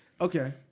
Okay